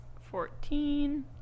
fourteen